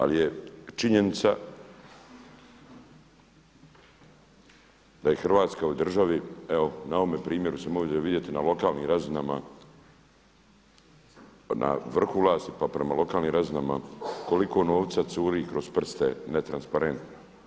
Ali je činjenica da je u Hrvatskoj državi evo na ovome primjeru se može vidjeti, na lokalnim razinama, na vrhu vlasti, pa prema lokalnim razinama koliko novca curi kroz prste ne transparentno.